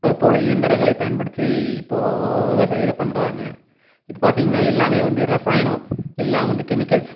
அதுபோல் இயந்திரங்களை பயன்படுத்தி இப்போது விவசாயம் இதை பண்ணுறாங்க இப்போ பார்த்தீங்கனா எல்லாமே வந்து ரசாயனம் எல்லாம் வந்து கெமிக்கல்ஸ்